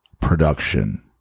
production